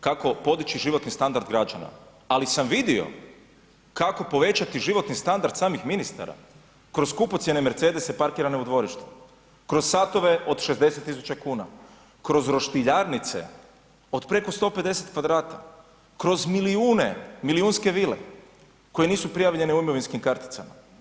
Kako podići životni standard građana, ali sam vidio kako povećati životni standard samih ministara, kroz skupocjene Mercedese parkirane u dvorištu, kroz satove od 60 tisuća kuna, kroz roštiljarnice od preko 150 kvadrata, kroz milijune, milijunske vile koje nisu prijavljene u imovinskim karticama.